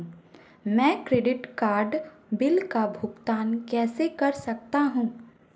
मैं credit card bill का भुगतान कैसे कर सकता हूं?